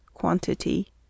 Quantity